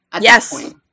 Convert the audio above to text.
yes